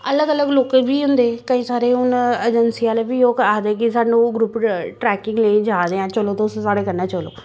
अलग अलग लोकें बी होंदे केईं सारे हून अजैंसी आह्ले बी ओह् आखदे कि सानूं ग्रुप ट्रैकिंग लेइयै जा दे आं चलो तुस साढ़े कन्नै चलो